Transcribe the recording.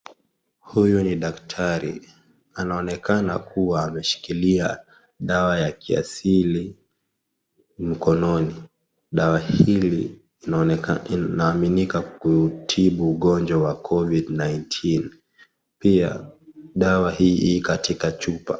Huyu ni daktari anaonekana kuwa ameshikilia dawa ya kiasili mkononi, dawa hili inaaminika kutibu ugonjwa wa Covid 19, pia dawa hii iko katika chupa.